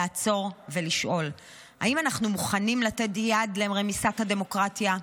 לעצור ולשאול: האם אנחנו מוכנים לתת יד לרמיסת הדמוקרטיה?